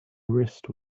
wrist